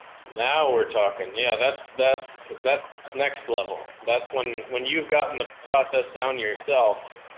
now we're talking. yeah, that's, that's, that's it's next level. that's when, when you've gotten the process down yourself,